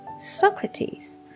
Socrates